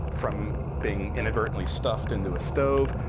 from being inadvertently stuffed into a stove,